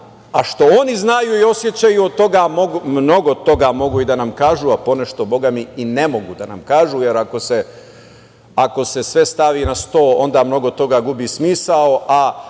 a što oni znaju i oni osećaju, mnogo toga mogu i da nam kažu, a ponešto bogami i ne mogu da nam kažu, jer ako se sve stavi na sto onda mnogo toga gubi smisao,